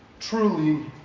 truly